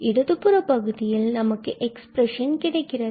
இடதுபுற பகுதியில் நமக்கு எக்ஸ்பிரஷன் கிடைக்கிறது